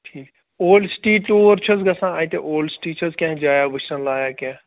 ٹھیٖک old city تور چھِ حظ گژھان اَتہِ اولڈٕ سِٹی چھِ حظ کیٚنہہ جایا وُچھِنۍ لایِق کیٚنہہ